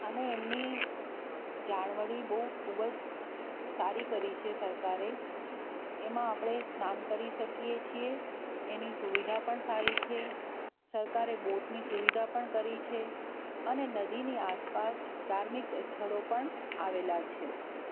અને એમની જાળવણી બહુ ખૂબ જ સારી કરી છે સરકારે એમાં આપણે સ્નાન કરી શકીએ છીએ એની સુવિધા પણ સારી છે સરકારે બોટની સુવિધા પણ કરી છે અને નદીની આસપાસ ધાર્મિક સ્થળો પણ આવેલા છે